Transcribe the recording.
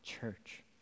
church